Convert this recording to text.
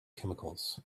chemicals